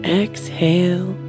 exhale